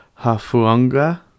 Hafuanga